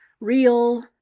real